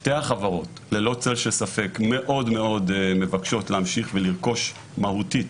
שתי החברות ללא צל של ספק מאוד מאוד מבקשות להמשיך ולרכוש מהותית,